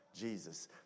Jesus